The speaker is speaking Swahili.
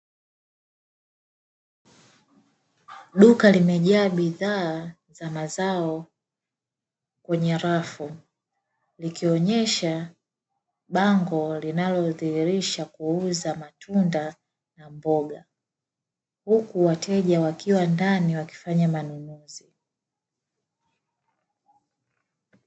Duka limejaaa bidhaaa za mazao kwny rafu, likionyesha bango linalodhihirisha kuuza matunda na mboga, huku wateja wakiwa ndan na kufanya manunuzi.